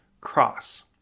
cross